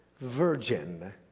virgin